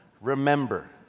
remember